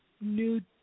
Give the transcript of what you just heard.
new